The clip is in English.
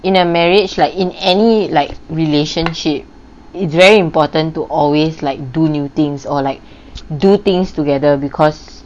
in a marriage like in any like relationship it's very important to always like do new things or like do things together because